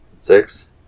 Six